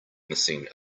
missing